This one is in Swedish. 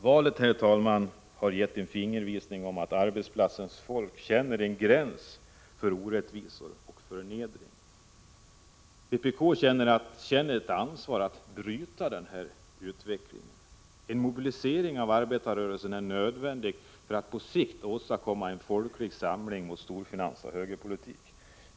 Valet, herr talman, har gett en fingervisning om att arbetsplatsens folk känner en gräns för orättvisor och förnedring. Vpk känner ett ansvar för att bryta denna utveckling. En mobilisering av arbetarrörelsen är nödvändig för att på sikt åstadkomma en folklig samling mot storfinans och högerpolitik.